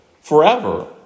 forever